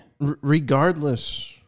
Regardless